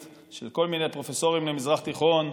של כל מיני פרופסורים למזרח תיכון,